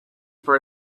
for